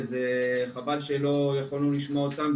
וחבל שלא יכולנו לשמוע אותם,